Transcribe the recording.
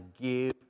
give